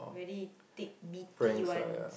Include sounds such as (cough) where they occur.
very thick meaty (noise) ones